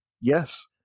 Yes